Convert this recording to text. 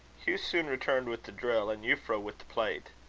hugh soon returned with the drill, and euphra with the plate.